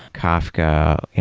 kafka,